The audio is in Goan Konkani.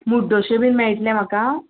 मुड्डश्यो बीन मेळटले म्हाका